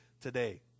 today